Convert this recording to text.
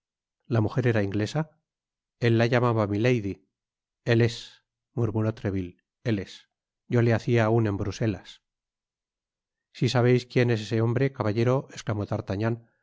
la muger era inglesa él la llamaba milady él es murmuró treville él es yo le hacia aun en bruselas si sabeis quien es ese hombre caballero esclamó d'artagnan